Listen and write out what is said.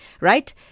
Right